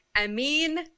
Amin